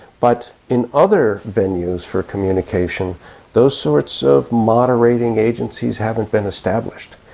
but in other venues for communication those sorts of moderating agencies haven't been established,